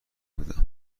بودم